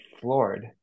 floored